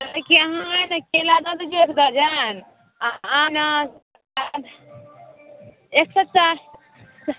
लैके है अहाँ है ने केला दे दीजिए एक दर्जन आ आम एक सए चारि